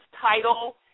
title